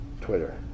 Twitter